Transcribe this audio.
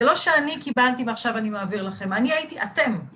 זה לא שאני קיבלתי, ועכשיו אני מעביר לכם, אני הייתי, אתם.